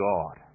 God